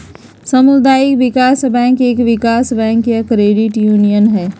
सामुदायिक विकास बैंक एक विकास बैंक या क्रेडिट यूनियन हई